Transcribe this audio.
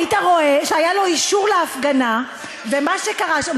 היית רואה שהיה לו אישור להפגנה ומה שקרה שם,